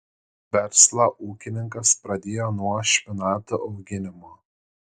verslą ūkininkas pradėjo nuo špinatų auginimo